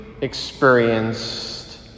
experienced